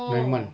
nine month